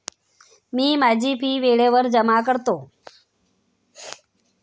मी माझी फी वेळेवर जमा करतो